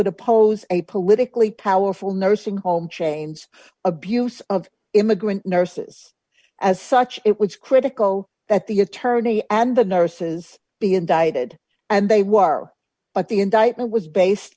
would oppose a politically powerful nursing home chains abuse of immigrant nurses as such it was critical that the attorney and the nurses be indicted and they were but the indictment was based